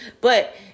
But-